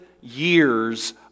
years